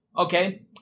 Okay